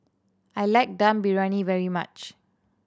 I like Dum Briyani very much